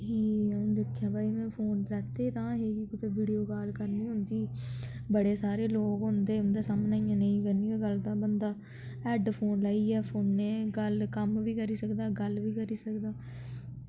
ते फ्ही अऊं दिक्खेआ भाई में फोन लैते तां ही के कुदै वीडियो काल करनी होंदी बड़े सारे लोक होंदे उं'दे सामने इ'यां नेईं करनी होऐ गल्ल तां बंदा हैडफोन लाइयै फोनै गल्ल कम्म बी करी सकदा गल्ल बी करी सकदा